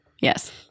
Yes